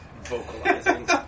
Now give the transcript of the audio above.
vocalizing